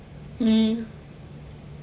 mm